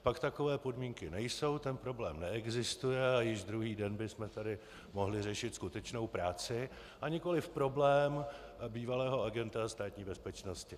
Pak takové podmínky nejsou, ten problém neexistuje a již druhý den bychom tady mohli řešit skutečnou práci, a nikoliv problém bývalého agenta Státní bezpečnosti.